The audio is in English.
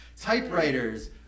typewriters